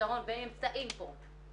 מהפתרון והם נמצאים פה,